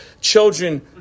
children